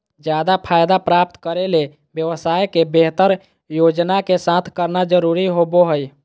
ज्यादा फायदा प्राप्त करे ले व्यवसाय के बेहतर योजना के साथ करना जरुरी होबो हइ